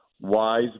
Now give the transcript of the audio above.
wise